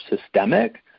systemic